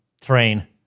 train